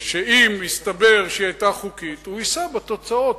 שאם יסתבר שהיא היתה חוקית הוא יישא בתוצאות,